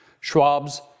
Schwab's